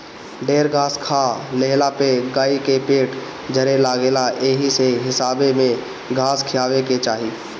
ढेर घास खा लेहला पे गाई के पेट झरे लागेला एही से हिसाबे में घास खियावे के चाही